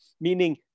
meaning